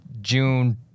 June